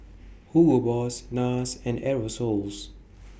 Hugo Boss Nars and Aerosoles